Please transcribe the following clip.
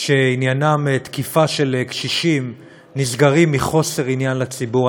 שעניינם תקיפה של קשישים נסגרים מחוסר עניין לציבור.